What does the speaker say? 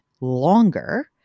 longer